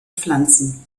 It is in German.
pflanzen